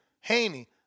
Haney